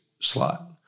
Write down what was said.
slot